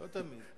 לא תמיד.